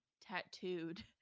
tattooed